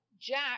Jack